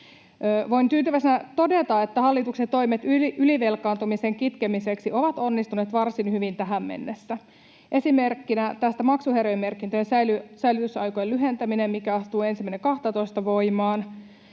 Voin tyytyväisenä todeta, että hallituksen toimet ylivelkaantumisen kitkemiseksi ovat onnistuneet varsin hyvin tähän mennessä, esimerkkinä tästä maksuhäiriömerkintöjen säilytysaikojen lyhentäminen, mikä astuu 1.12. voimaan